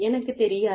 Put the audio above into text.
எனக்குத் தெரியாது